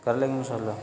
کر لیں گے انشاء اللہ